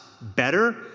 better